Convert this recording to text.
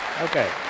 Okay